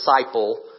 disciple